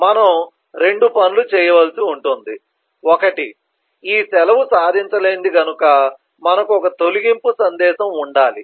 మనము 2 పనులు చేయవలసి ఉంటుంది ఒకటి ఈ సెలవు సాధించలేనిది కనుక మనకు ఒక తొలగింపు సందేశం ఉండాలి